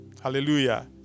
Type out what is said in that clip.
Hallelujah